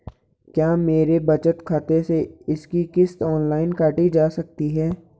क्या मेरे बचत खाते से इसकी किश्त ऑनलाइन काटी जा सकती है?